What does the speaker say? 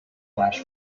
flash